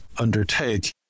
undertake